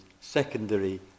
secondary